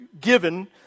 given